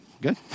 good